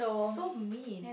so mean